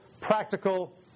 practical